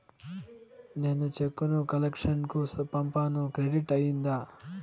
నేను చెక్కు ను కలెక్షన్ కు పంపాను క్రెడిట్ అయ్యిందా